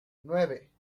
nueve